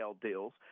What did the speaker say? deals